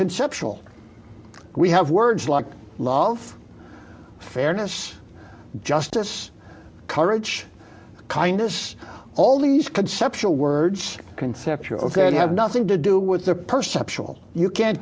conceptual we have words like love fairness justice courage kindness all these conceptual words conceptual and have nothing to do with the percept all you can't